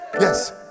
yes